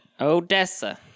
odessa